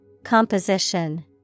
Composition